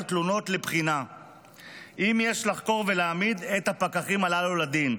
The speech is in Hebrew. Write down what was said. תלונות לבחינה אם יש לחקור ולהעמיד את הפקחים האלה לדין.